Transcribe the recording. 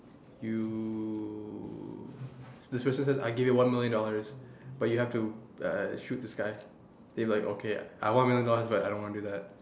you the situation is I give you one million dollars but you have to uh shoot this guy then you like okay I want one million dollars but I'm not going to do that